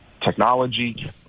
technology